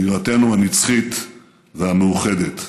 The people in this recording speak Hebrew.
בירתנו הנצחית והמאוחדת.